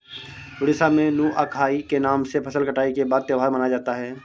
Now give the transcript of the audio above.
उड़ीसा में नुआखाई के नाम से फसल कटाई के बाद त्योहार मनाया जाता है